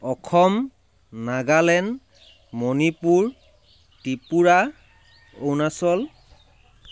Assam Nagaland Manipur Tripura Arunachal